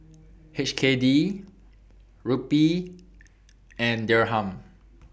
H K D Rupee and Dirham